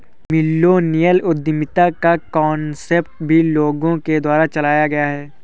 millennial उद्यमिता का concept भी लोगों के द्वारा चलाया गया है